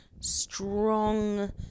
strong